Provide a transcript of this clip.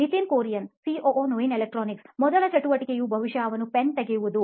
Nitin Kurian COO ನೋಯಿನ್ electronics ಮೊದಲ ಚಟುವಟಿಕೆಯು ಬಹುಶಃ ಅವನು ಪೆನ್ನು ತೆಗೆಯುವುದು